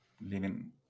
living